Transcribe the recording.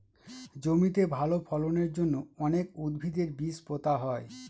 জমিতে ভালো ফলনের জন্য অনেক উদ্ভিদের বীজ পোতা হয়